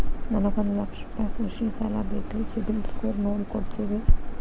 ನನಗೊಂದ ಲಕ್ಷ ರೂಪಾಯಿ ಕೃಷಿ ಸಾಲ ಬೇಕ್ರಿ ಸಿಬಿಲ್ ಸ್ಕೋರ್ ನೋಡಿ ಕೊಡ್ತೇರಿ?